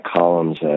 columns